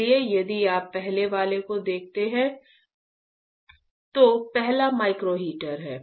इसलिए यदि आप पहले वाले को देखते हैं तो पहला माइक्रो हीटर है